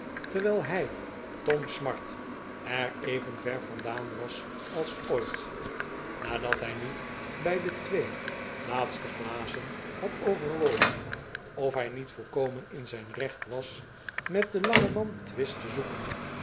terwijl hij tom smart er even ver vandaan was als ooit nadat hij nu bij de twee laatste glazen had overwogen of hij niet volkomen in zijn recht was met den langen man twist te zoeken